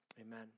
Amen